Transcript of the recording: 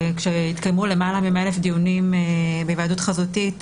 כשהתקיימו יותר מ-100,000 דיונים בהיוועדות חזותית,